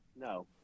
No